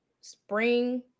spring